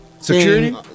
security